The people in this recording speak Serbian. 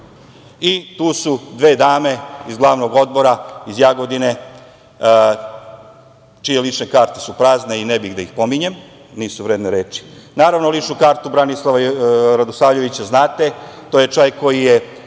Tu su i dve dame iz glavnog odbora, iz Jagodine, čije lične karte su prazne, ne bih da ih pominjem, nisu vredne reči. Naravno, ličnu kartu Branislava Radosavljevića znate. To je čovek koji je